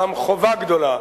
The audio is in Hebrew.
גם חובה גדולה